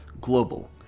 Global